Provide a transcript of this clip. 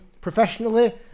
professionally